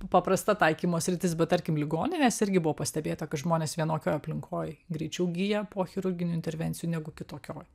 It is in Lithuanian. paprasta taikymo sritis bet tarkim ligoninės irgi buvo pastebėta kad žmonės vienokioje aplinkoj greičiau gyja po chirurginių intervencijų negu kitokioj